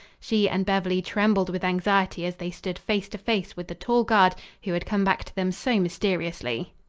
she and beverly trembled with anxiety as they stood face to face with the tall guard who had come back to them so mysteriously.